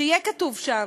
שיהיה כתוב שם,